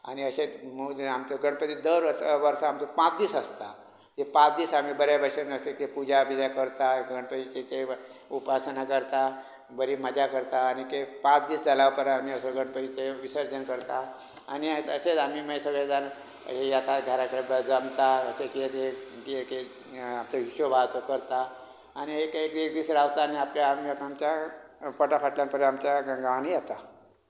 आनी अशेंच मौज आमचो गणपती दर वर्सा वर्सा आमचो पांच दीस आसता ते पांच दीस आमी बऱ्या भशेन अशें कितें पुजा बिजा बी करता गणपतीची तीं उपासना करता बरीं मजा करता आनी एक पांच दीस जाल्या उपरांत आमी असो गणपतीचें विसर्जन करता आनी अशेंच आमी सगळें जाण येता घरा कडेन जमता अशें कियें कियें कियें आमचो हिशोब हा तो करता आनी एक एक एक दीस रावता आनी आमी आमच्या पोटा फाटल्यान परत आमच्या गांवांनी येता